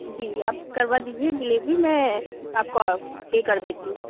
जी आप करवा दीजिए डिलीवरी मैं आपका पे कर देती हूँ